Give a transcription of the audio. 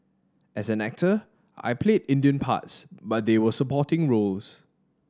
as an actor I played Indian parts but they were supporting roles